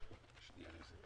אי-שם